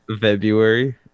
February